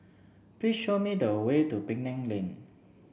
please show me the way to Penang Lane